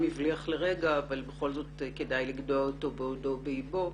הבליח לרגע אבל בכל זאת כדאי לגדוע אותו בעודו באיבו,